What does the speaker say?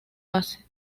base